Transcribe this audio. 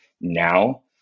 Now